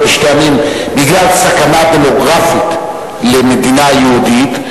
לשני עמים בגלל סכנה דמוגרפית למדינה יהודית,